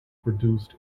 produced